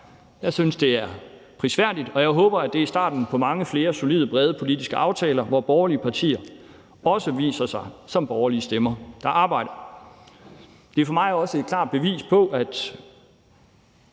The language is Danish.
Jeg synes, det er prisværdigt, og jeg håber, det er starten på mange flere solide brede politiske aftaler, hvor borgerlige partier også viser sig som borgerlige stemmer, der arbejder. Det er for mig også et klart bevis på, at